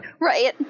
Right